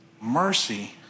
mercy